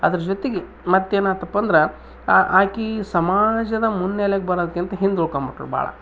ಅದ್ರ ಜೊತಿಗೆ ಮತ್ತೇನು ಆತಪ್ಪಾ ಅಂದ್ರೆ ಆಕೆ ಸಮಾಜದ ಮುನ್ನೆಲೆಗೆ ಬರೋದ್ಕಿಂತ್ ಹಿಂದೆ ಉಳ್ಕೊಂಬುಟ್ಲ್ ಭಾಳ